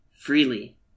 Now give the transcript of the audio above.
freely